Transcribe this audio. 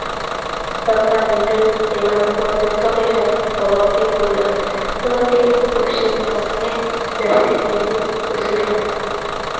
ᱯᱟᱛᱟᱵᱤᱸᱫᱟᱹ ᱮᱢᱟᱱ ᱠᱚ ᱡᱚᱛᱚ ᱞᱮᱠᱟᱱᱟᱜ ᱯᱚᱨᱚᱵᱽ ᱜᱮ ᱦᱩᱭᱩᱜᱼᱟ ᱚᱱᱟᱛᱮ ᱤᱧᱫᱚ ᱯᱚᱥᱪᱷᱤᱢ ᱵᱟᱝᱞᱟᱜᱮ ᱡᱟᱹᱥᱛᱤ ᱠᱟᱭᱛᱮᱧ ᱠᱩᱥᱤᱭᱟᱜᱼᱟ